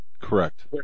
Correct